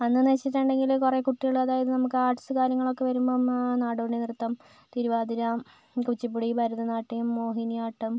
അന്നെന്ന് വെച്ചിട്ടുണ്ടെങ്കിൽ കുറേ കുട്ടികൾ അതായത് നമുക്ക് ആർട്സ് കാര്യങ്ങളൊക്കെ വരുമ്പം നാടോടി നൃത്തം തിരുവാതിര കുച്ചിപ്പുടി ഭരതനാട്യം മോഹിനിയാട്ടം